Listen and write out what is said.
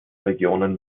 regionen